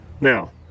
Now